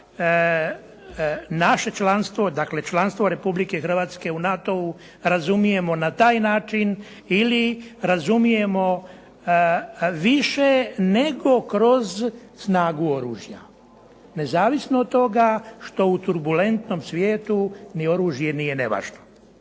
naše članstvo, dakle članstvo Republike Hrvatske u NATO-u razumijemo na taj način ili razumijemo više nego kroz snagu oružja, nezavisno od toga što u turbulentnom svijetu ni oružje nije nevažno.